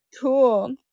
Cool